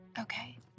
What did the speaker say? Okay